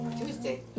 Tuesday